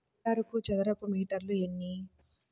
హెక్టారుకు చదరపు మీటర్లు ఎన్ని?